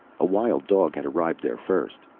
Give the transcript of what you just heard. a wild dog had arrived there first.